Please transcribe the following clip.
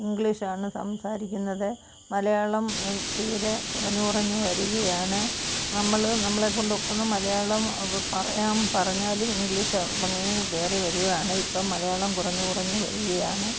ഇംഗ്ലീഷാണ് സംസാരിക്കുന്നത് മലയാളം തീരെ കുറഞ്ഞുൽ കുറഞ്ഞു വരികയാണ് നമ്മൾ നമ്മളെക്കൊണ്ട് ഒക്കുന്ന മലയാളം പറയാൻ പറഞ്ഞാലും ഇംഗ്ലീഷ് ഉള്ളിൽക്കേറി വരുവാണ് ഇപ്പം മലയാളം കുറഞ്ഞു കുറഞ്ഞു വരികയാണ്